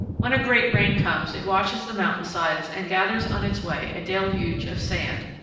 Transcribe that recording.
when a great rain comes it washes the mountain sides and gathers on its way a deluge of sand,